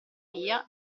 via